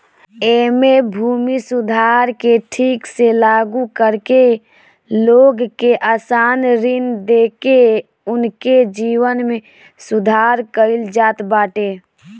एमे भूमि सुधार के ठीक से लागू करके लोग के आसान ऋण देके उनके जीवन में सुधार कईल जात बाटे